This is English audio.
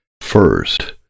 First